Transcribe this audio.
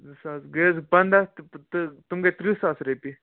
زٕ ساس گٔے حظ پَنٛداہ تِم گٔے تٕرٛہ ساس رۄپیہِ